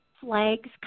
flags